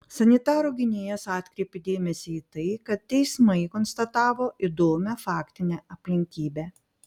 sanitarų gynėjas atkreipė dėmesį į tai kad teismai konstatavo įdomią faktinę aplinkybę